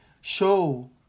show